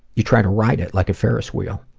you try to ride it like a ferris wheel,